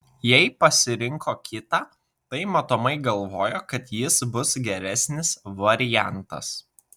jei pasirinko kitą tai matomai galvojo kad jis bus geresnis variantas